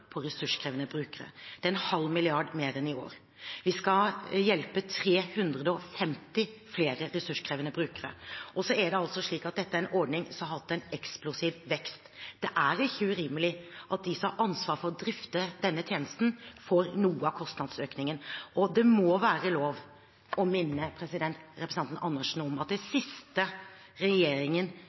på ressurskrevende brukere. Det er en halv milliard mer enn i år. Vi skal hjelpe 350 flere ressurskrevende brukere. Dette er en ordning som har hatt en eksplosiv vekst. Det er ikke urimelig at de som har ansvar for å drifte denne tjenesten, får noe av kostnadsøkningen. Og det må være lov å minne representanten Andersen om at det siste regjeringen